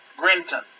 Grinton